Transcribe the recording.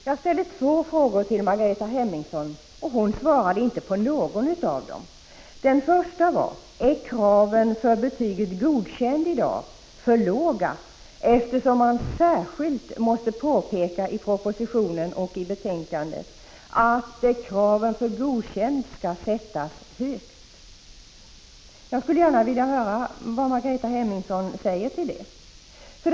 Prot. 1985/86:49 Herr talman! Jag ställde två frågor till Margareta Hemmingsson. Hon — 11 december 1985 svarade inte på någon av dem. RE SR ärta Den första frågan var: Är kraven för betyget Godkänd i dag för låga, eftersom man i propositionen och betänkandet särskilt måste påpeka att kraven för betyget Godkänd skall sättas högt? Jag skulle gärna vilja höra vad Margareta Hemmingsson har att säga om detta.